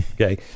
okay